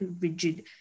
rigid